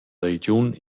regiun